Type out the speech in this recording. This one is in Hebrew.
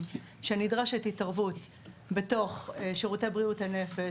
מתרשמים שנדרשת התערבות בתוך שירותי בריאות הנפש,